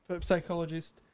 psychologist